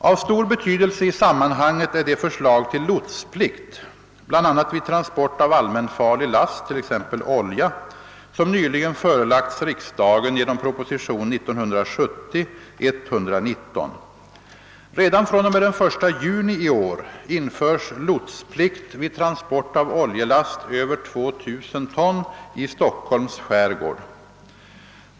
Av stor betydelse i sammanhanget är det förslag till lotsplikt bl.a. vid transport av allmänfarlig last, t.ex. olja, som nyligen förelagts riksdagen genom prop. 1970:119. Redan fr.o.m. den 1 juni i år införs lotsplikt vid transport av oljelast över 2 000 ton i Stockholms skärgård.